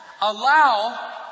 allow